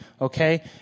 okay